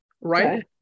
right